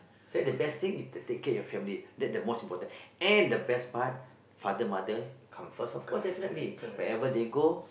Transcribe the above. say the best thing is to take care of your family that's the most important and the best part father mother come first of course definitely wherever they go